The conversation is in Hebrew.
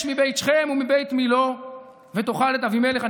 מבית שכם ומבית מלוא ותאכל את אבימלך".